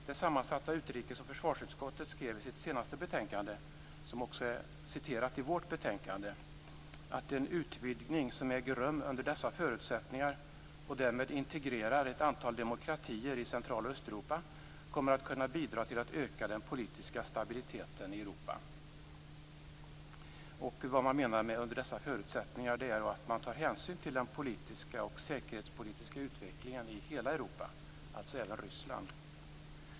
Det sammansatta utrikes och försvarsutskottet skrev i sitt senaste betänkande som också är citerat i vårt betänkande att "en utvidgning som äger rum under dessa förutsättningar och därmed integrerar ett antal demokratier i Central och Östeuropa kommer att kunna bidra till att öka den politiska stabiliteten i Europa". Med orden "under dessa förutsättningar" menas att man tar hänsyn till den politiska och säkerhetspolitiska utvecklingen i hela Europa, dvs. även i Ryssland.